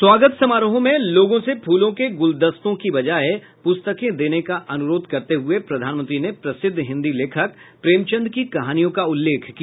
स्वागत समारोहों में लोगों से फूलों के गुलदस्ते के बजाय पुस्तकें देने का अनुरोध करते हुए प्रधानमंत्री ने प्रसिद्ध हिन्दी लेखक प्रेमचन्द की कहानियों का उल्लेख किया